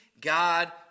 God